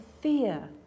fear